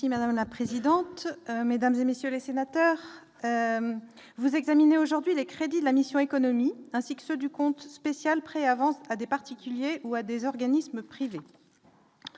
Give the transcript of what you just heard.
Merci madame la présidente, mesdames et messieurs les sénateurs, vous examiner aujourd'hui les crédits de la mission économique ainsi que ceux du compte spécial près à des particuliers ou à des organismes privés,